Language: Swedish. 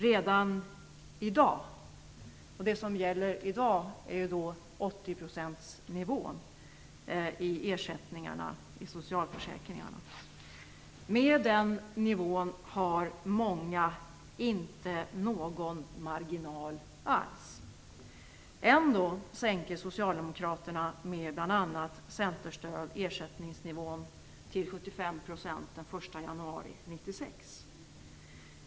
Redan i dag är det så - och den nivå som gäller i dag är 80 % i ersättning i socialförsäkringarna. Med den nivån har många inte någon marginal alls. Ändå sänker Socialdemokraterna, med stöd från bl.a. Centern, ersättningsnivån till 75 % den första januari 1996.